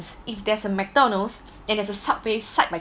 if there's a McDonald's and there's a Subway side by